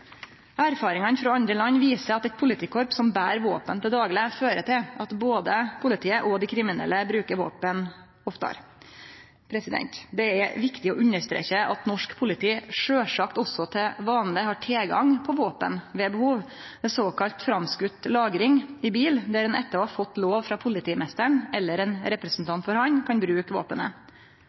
Erfaringane frå andre land viser at eit politikorps som ber våpen til dagleg, fører til at både politiet og dei kriminelle bruker våpen oftare. Det er viktig å understreke at norsk politi sjølvsagt også til vanleg har tilgang på våpen ved behov, ved såkalla «framskoten lagring» i bil, der ein etter å ha fått lov frå politimeisteren, eller ein representant for han, kan bruke våpenet.